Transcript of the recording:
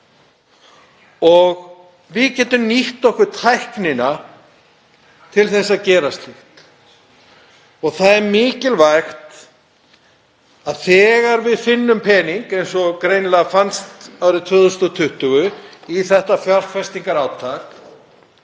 Við getum nýtt okkur tæknina til að gera slíkt. Það er mikilvægt þegar við finnum pening, eins og greinilega fannst árið 2020 í þetta fjárfestingarátak,